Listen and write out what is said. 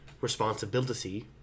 responsibility